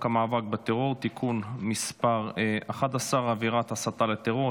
המאבק בטרור (תיקון מס' 11) (עבירת הסתה לטרור),